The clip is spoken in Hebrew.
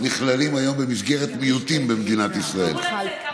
נכללים היום במסגרת מיעוטים במדינת ישראל.